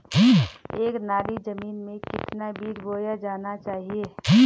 एक नाली जमीन में कितना बीज बोया जाना चाहिए?